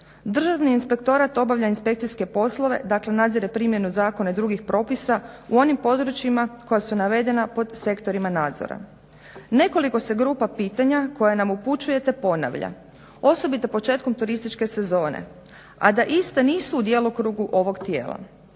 Državni inspektorat obavlja inspekcijske poslove dakle nadzire primjenu zakona i drugih propisa u onim područjima koja su navedena pod sektorima nadzora. Nekoliko se grupa pitanja koja nam upućujete ponavlja osobito početkom turističke sezone, a da iste nisu u djelokrugu ovog tijela.